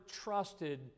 trusted